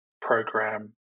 program